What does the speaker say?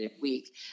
week